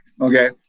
Okay